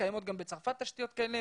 גם בצרפת קיימות תשתיות כאלה,